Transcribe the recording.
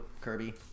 Kirby